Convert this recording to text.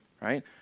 right